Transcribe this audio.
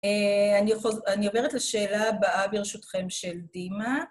אני עוברת לשאלה הבאה ברשותכם של דימה.